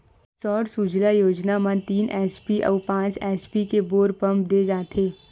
सौर सूजला योजना म तीन एच.पी अउ पाँच एच.पी के बोर पंप दे जाथेय